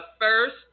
first